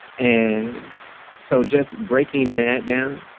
and so just breaking that down.